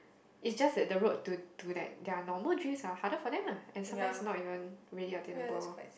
is just that the road to to that their normal dreams are harder for them lah and sometimes not even really attainable